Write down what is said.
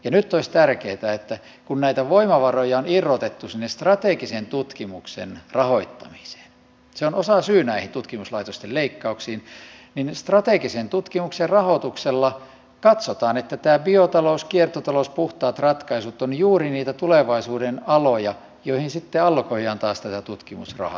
ja nyt olisi tärkeää että kun näitä voimavaroja on irrotettu sinne strategisen tutkimuksen rahoittamiseen se on osasyy näihin tutkimuslaitosten leikkauksiin niin strategisen tutkimuksen rahoituksella katsotaan että tämä biotalous kiertotalous puhtaat ratkaisut ovat juuri niitä tulevaisuuden aloja joihin sitten allokoidaan taas tätä tutkimusrahaa